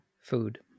food